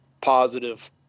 positive